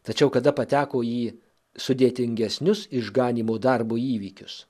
tačiau kada pateko į sudėtingesnius išganymo darbo įvykius